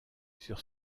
sur